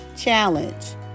challenge